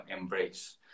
embrace